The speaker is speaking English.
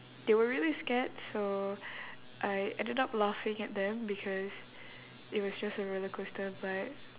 they were really scared so I ended up laughing at them because it was just a roller coaster but